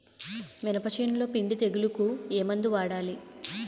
మినప చేనులో పిండి తెగులుకు ఏమందు వాడాలి?